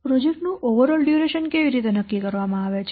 project નું overall duration કેવી રીતે નક્કી કરવામાં આવે છે